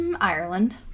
Ireland